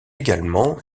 également